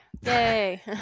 Yay